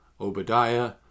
Obadiah